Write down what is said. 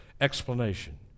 explanation